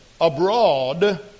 abroad